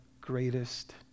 greatest